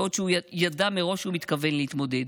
בעוד הוא ידע מראש שהוא מתכוון להתמודד.